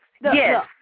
Yes